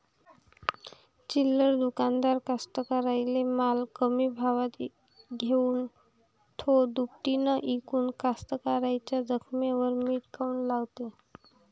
चिल्लर दुकानदार कास्तकाराइच्या माल कमी भावात घेऊन थो दुपटीनं इकून कास्तकाराइच्या जखमेवर मीठ काऊन लावते?